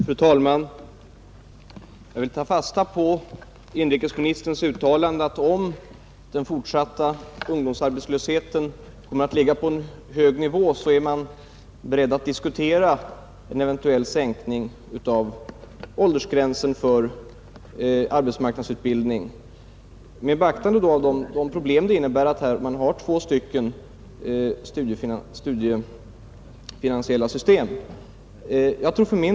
Fru talman! Jag vill ta fasta på inrikesministerns uttalande, att om den fortsatta ungdomsarbetslösheten kommer att ligga på en hög nivå, är man beredd att diskutera en eventuell sänkning av åldersgränsen för arbetsmarknadsutbildning med beaktande av de problem som det innebär att ha två olika studiefinansiella system.